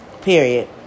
Period